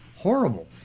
horrible